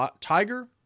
Tiger